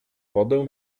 wodę